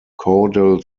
caudal